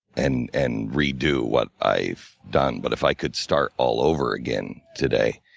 and and redo what i've done. but if i could start all over again today,